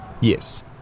yes